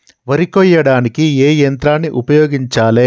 వరి కొయ్యడానికి ఏ యంత్రాన్ని ఉపయోగించాలే?